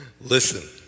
Listen